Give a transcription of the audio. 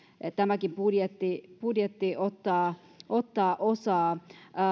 tämäkin budjetti ottaa ottaa osaa